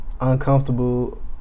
uncomfortable